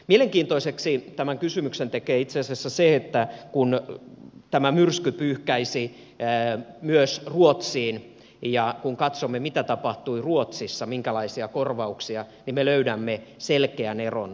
mielenkiintoiseksi tämän kysymyksen tekee itse asiassa se että tämä myrsky pyyhkäisi myös ruotsiin ja kun katsomme mitä tapahtui ruotsissa minkälaisia korvauksia siellä oli niin me löydämme selkeän eron suomeen